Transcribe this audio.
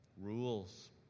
rules